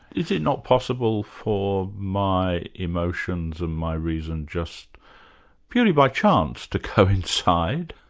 is it not possible for my emotions and my reason just purely by chance, to coincide?